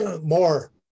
more